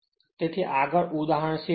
તેથી આગળ તે ઉદાહરણ 6 છે